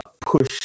push